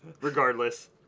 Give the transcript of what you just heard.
Regardless